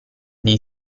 dei